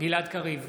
גלעד קריב,